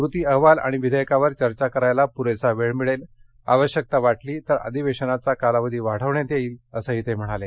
कृती अहवाल आणि विधेयकावर चर्चा करायला पुरेसा वेळ मिळेल आवश्यकता भासली तर अधिवेशनाचा कालावधी वाढवण्यात येईल असंही ते म्हणाले